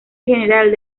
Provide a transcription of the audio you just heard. general